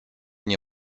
nie